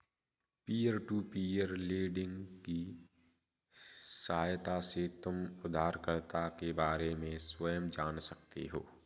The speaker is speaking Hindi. पीयर टू पीयर लेंडिंग की सहायता से तुम उधारकर्ता के बारे में स्वयं जान सकते हो